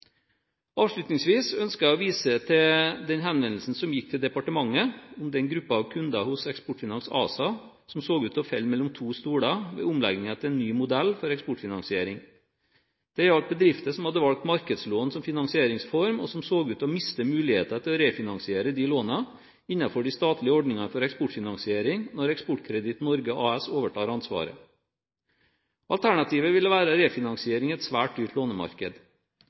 Avslutningsvis ønsker jeg å vise til henvendelsen til departementet om den gruppen kunder hos Eksportfinans ASA som så ut til å falle mellom to stoler ved omleggingen til ny modell for eksportfinansiering. Dette gjaldt bedrifter som hadde valgt markedslån som finansieringsform, og som så ut til å miste muligheten til å refinansiere disse lånene innenfor de statlige ordningene for eksportfinansiering når Eksportkreditt Norge AS overtar ansvaret. Alternativet ville være refinansiering i et svært dyrt lånemarked.